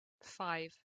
five